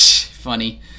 Funny